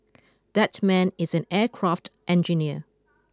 that man is an aircraft engineer